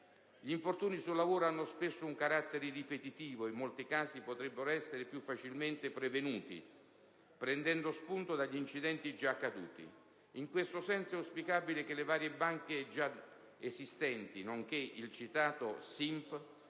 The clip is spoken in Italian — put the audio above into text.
Gli infortuni sul lavoro hanno spesso un carattere ripetitivo ed in molti casi potrebbero essere più facilmente prevenuti prendendo spunto dagli incidenti già accaduti. In questo senso è auspicabile che le varie banche dati già esistenti nonché il citato SINP